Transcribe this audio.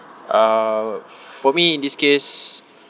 uh for me in this case